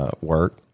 Work